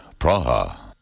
Praha